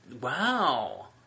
Wow